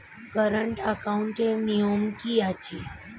Current একাউন্টের নিয়ম কী আছে?